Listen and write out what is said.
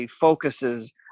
focuses